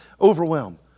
overwhelmed